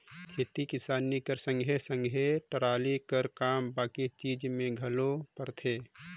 खेती किसानी कर संघे सघे टराली कर काम बाकी चीज मे घलो परथे